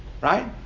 Right